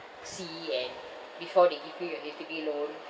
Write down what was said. see and before they give you your H_D_B loan